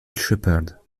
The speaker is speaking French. shepherd